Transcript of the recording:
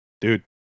Dude